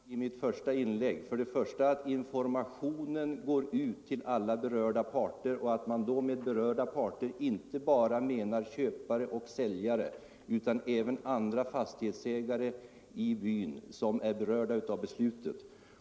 Herr talman! Dem angav jag i mitt första inlägg. Det gällde för det första att information går ut till alla berörda parter och att man då med berörda parter inte bara menar köpare och säljare utan även andra fastighetsägare i byn som är berörda av beslutet.